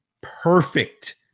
perfect